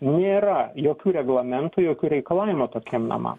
nėra jokių reglamentų jokių reikalavimų tokiem namam